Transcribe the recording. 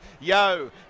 Yo